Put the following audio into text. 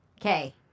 Okay